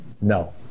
No